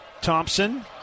Thompson